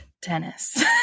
tennis